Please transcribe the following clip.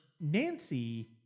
Nancy